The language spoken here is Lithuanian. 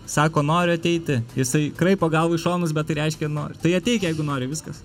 sako noriu ateiti jisai kraipo galvą į šonus bet tai reiškia nu tai ateik jeigu nori viskas